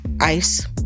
ice